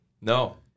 No